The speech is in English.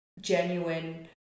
genuine